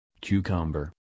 cucumber